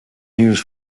news